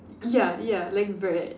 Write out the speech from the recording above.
ya ya like bad